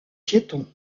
piétons